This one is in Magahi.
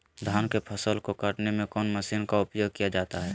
धान के फसल को कटने में कौन माशिन का उपयोग किया जाता है?